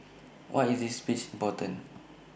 why is this speech important